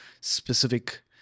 specific